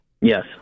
Yes